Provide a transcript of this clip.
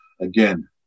again